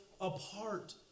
apart